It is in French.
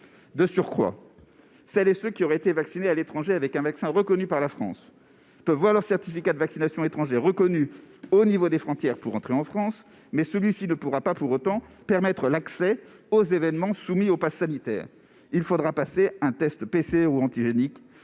De surcroît, ceux qui auraient été vaccinés à l'étranger avec un vaccin reconnu en France peuvent voir leur certificat de vaccination étranger reconnu « au niveau des frontières pour entrer en France », mais celui-ci ne permettra pas pour autant l'accès aux événements soumis au pass sanitaire. Un test récent PCR ou antigénique